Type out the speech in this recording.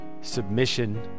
submission